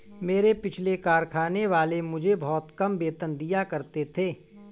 मेरे पिछले कारखाने वाले मुझे बहुत कम वेतन दिया करते थे